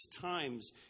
times